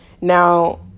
Now